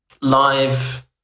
live